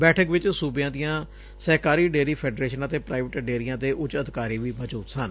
ਬੈਠਕ ਵਿਚ ਸੁਬਿਆਂ ਦੀਆਂ ਸਹਿਕਾਰੀ ਡੇਅਰੀ ਫੈਡਰੇਸ਼ਨਾਂ ਅਤੇ ਪਾਈਵੇਟ ਡੇਅਰੀਆਂ ਦੇ ਉੱਚ ਅਧਿਕਾਰੀ ਵੀ ਮੋਜੁਦ ਸਨ